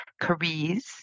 careers